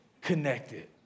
connected